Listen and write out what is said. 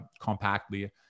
compactly